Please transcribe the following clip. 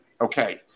Okay